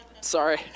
Sorry